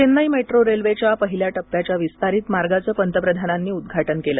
Chennai metro रेल्वेच्या पहिल्या टप्प्याच्या विस्तारित मार्गाचं पंतप्रधानांनी उद्घाटन केलं